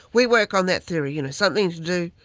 we work on that theory, you know, something to do,